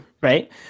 right